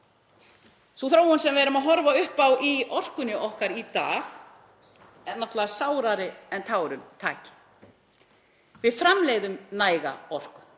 Sú þróun sem við erum að horfa upp á í orkunni okkar í dag er náttúrlega sárari en tárum taki. Við framleiðum næga orku.